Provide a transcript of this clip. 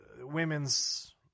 women's